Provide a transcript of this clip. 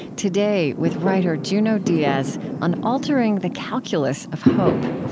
today, with writer junot diaz on altering the calculus of hope.